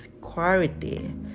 quality